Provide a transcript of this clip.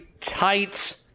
tight